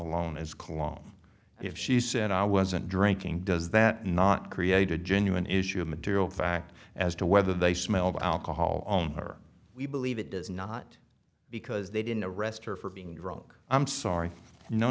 alone as cologne if she said i wasn't drinking does that not create a genuine issue of material fact as to whether they smelled alcohol on her we believe it does not because they didn't arrest her for being drug i'm sorry no